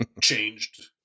changed